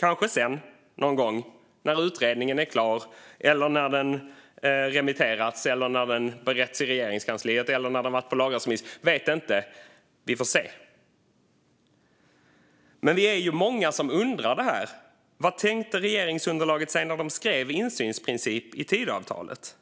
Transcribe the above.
kanske sedan, någon gång, när utredningen är klar eller när den har remitterats eller när den har beretts i Regeringskansliet eller när den har varit på lagrådsremiss; vet inte, vi får se. Vi är många som undrar över det här. Vad tänkte regeringsunderlaget sig när de skrev "insynsprincip" i Tidöavtalet?